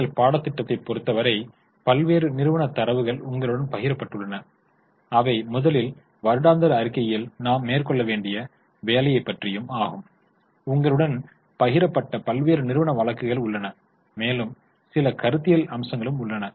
எங்கள் பாடத்திட்டத்தைப் பொறுத்தவரை பல்வேறு நிறுவன தரவுகள் உங்களுடன் பகிரப்பட்டுள்ளன அவை முதலில் வருடாந்திர அறிக்கையில் நாம் மேற்கொள்ள வேண்டிய வேலையைப் பற்றியும் ஆகும் உங்களுடன் பகிரப்பட்ட பல்வேறு நிறுவன வழக்குகள் உள்ளன மேலும் சில கருத்தியல் அம்சங்களும் உள்ளன